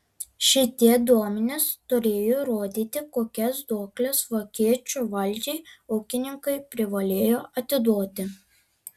šitie duomenys turėjo rodyti kokias duokles vokiečių valdžiai ūkininkai privalėjo atiduoti